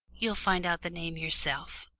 you'll find out the name yourself.